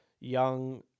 young